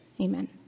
Amen